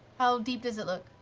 how deep does it look?